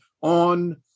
on